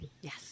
Yes